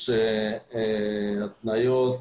יש התניות,